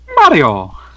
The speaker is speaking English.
Mario